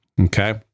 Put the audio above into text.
Okay